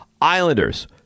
Islanders